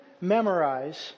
memorize